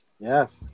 yes